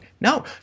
No